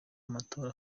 amatora